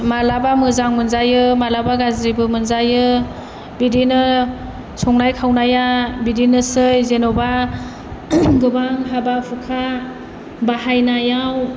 मालाबा मोजां मोनजायो मालाबा गाज्रिबो मोनजायो बिदिनो संनाय खावनाया बिदिनोसै जेन'बा गोबां हाबा हुखा बाहायनायाव